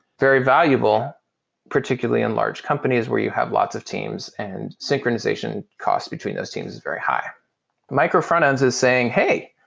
very valuable particularly in large companies, where you have lots of teams and synchronization costs between those teams is very high micro front-ends is saying, hey,